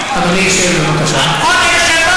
אני שאלתי, חבר הכנסת,